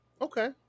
Okay